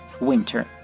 winter